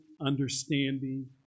understanding